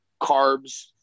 carbs